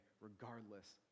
regardless